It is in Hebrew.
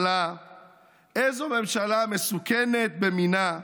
איזו ממשלה, / איזו ממשלה מסוכנת במינה,